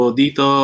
dito